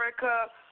America